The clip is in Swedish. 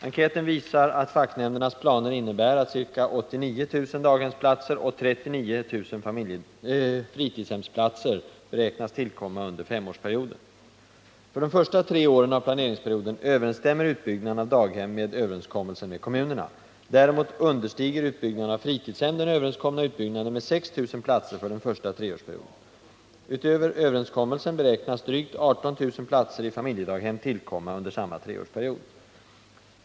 Enkäten visar att facknämndernas planer innebär att ca 89 000 daghemsplatser och 39 000 fritidshemsplatser beräknas tillkomma under femårsperioden. För de första tre åren av planeringsperioden överensstämmer utbyggnaden av daghem med överenskommelsen med kommunerna. Däremot understiger utbyggnaden av fritidshem den överenskomna utbyggnaden med 6 000 platser för den första treårsperioden. Utöver överenskommelsen beräknas drygt 18 000 platser i familjedaghem tillkomma under samma treårsperiod.